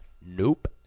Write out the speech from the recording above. Nope